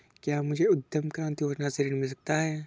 क्या मुझे उद्यम क्रांति योजना से ऋण मिल सकता है?